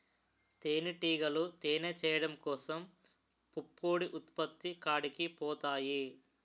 తేనిటీగలు తేనె చేయడం కోసం పుప్పొడి ఉత్పత్తి కాడికి పోతాయి